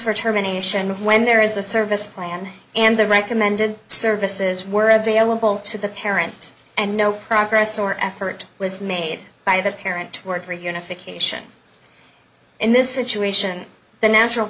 for termination when there is a service plan and the recommended services were available to the parent and no progress or effort was made by the parent to work for unification in this situation the natural